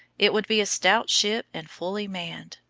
it would be a stout ship and fully manned,